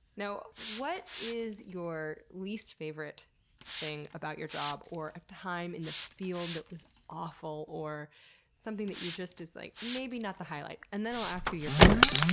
now, what is your least favorite thing about your job, or a time in the field that was awful, or something that you just. is like, maybe not the highlight? and then i'll ask you your favorite.